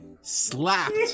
slapped